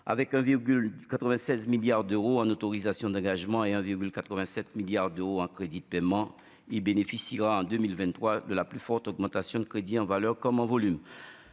96 milliards d'euros en autorisations d'engagement et un vieux 87 milliards d'eau en crédits de paiement, il bénéficiera en 2023 de la plus forte augmentation de crédit en valeur comme en volume,